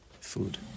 Food